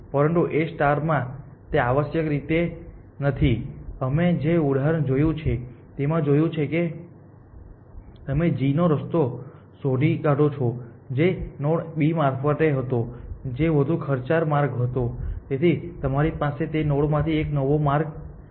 પરંતુ A માં તે આવશ્યક રીતે નથી અમે જે ઉદાહરણ જોયું છે તેમાં જોયું છે જો તમે g નો રસ્તો શોધી કાઢો જે નોડ B મારફતે હતો જે વધુ ખર્ચાળ માર્ગ હતો તેથી તમારી પાસે તે નોડમાંથી એક નવો માર્ગ છે